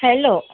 hello